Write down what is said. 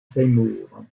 seymour